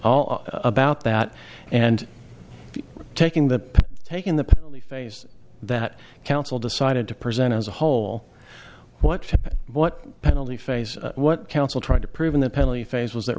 d about that and taking that in the face that counsel decided to present as a whole what what penalty phase what counsel tried to prove in the penalty phase was that